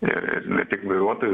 ir ne tik vairuotojų